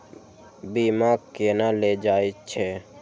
बीमा केना ले जाए छे?